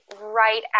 right